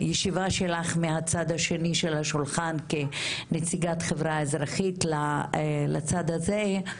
בישיבה שלך מהצד השני של השולחן כנציגת חברה אזרחית לצד הזה,